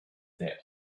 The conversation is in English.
their